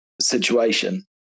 situation